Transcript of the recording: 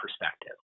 perspective